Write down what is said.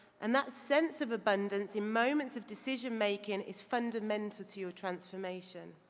and that sense of abundance in moments of decision-making is fundamental to your transformation.